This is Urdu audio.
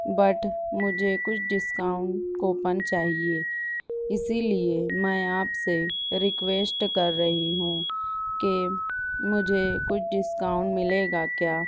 بٹ مجھے کچھ ڈسکاؤنٹ کوپن چاہیے اسی لیے میں آپ سے رکویشٹ کر رہی ہوں کہ مجھے کچھ ڈسکاؤنٹ ملے گا کیا